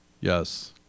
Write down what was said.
Yes